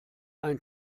ein